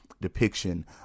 depiction